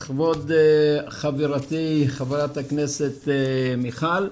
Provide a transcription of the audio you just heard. כבוד חברתי חברת הכנסת מיכל,